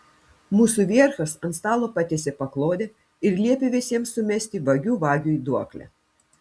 mūsų vierchas ant stalo patiesė paklodę ir liepė visiems sumesti vagių vagiui duoklę